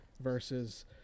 versus